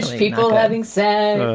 people having said,